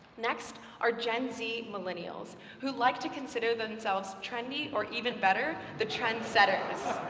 next are gen z millenials who like to consider themselves trendy, or even better, the trendsetters.